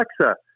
alexa